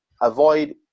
avoid